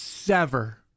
Sever